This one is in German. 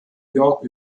york